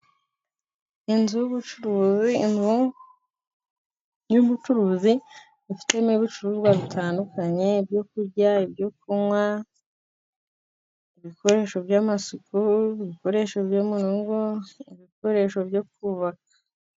Inzu y'ubucuruzi, inzu y'ubucuruzi ifitemo ibicuruzwa bitandukanye: ibyoku kurya, ibyo kunywa, ibikoresho by'amasuku, ibikoresho byo murugo, ibikoresho byo kubaka.